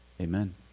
Amen